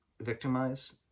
victimize